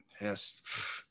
yes